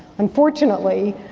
unfortunately,